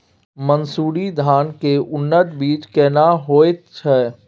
मन्सूरी धान के उन्नत बीज केना होयत छै?